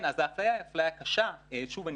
אז אחרי אפליה קשה ושוב,